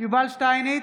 יובל שטייניץ,